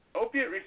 opiate